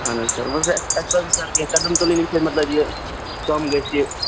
اہَن حظ سَر وۅنۍ حظ اَسہِ پَزَن سَر کیٚنٛہہ قدم تُلٕنۍ ییٚمہِ سٍتۍ مَطلَب یہِ کَم گژھِ یہِ